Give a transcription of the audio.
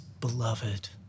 beloved